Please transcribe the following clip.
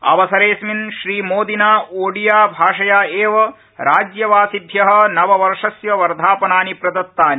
अवसरेड़स्मिन श्रीमोदिना ओडिया भाषया एव राज्यवासिभ्य नववर्षस्य वर्धापनानि प्रदत्तानि